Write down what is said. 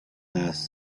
asked